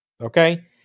okay